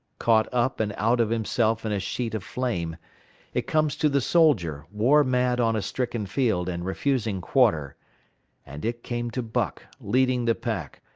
caught up and out of himself in a sheet of flame it comes to the soldier, war-mad on a stricken field and refusing quarter and it came to buck, leading the pack,